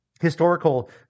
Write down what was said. historical